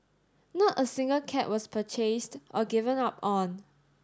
not a single cat was purchased or given up on